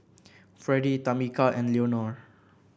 Freddie Tamika and Leonore